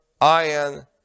iron